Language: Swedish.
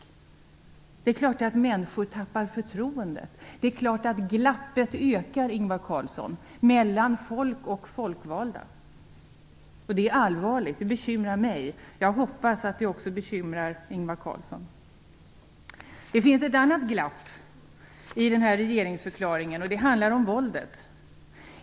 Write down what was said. Då är det klart att människor tappar förtroendet. Det är klart att glappet ökar mellan folk och folkvalda. Det är allvarligt och det bekymrar mig, och jag hoppas att det också bekymrar Ingvar Carlsson. Det finns ett annat glapp i regeringsförklaringen. Det handlar om våldet.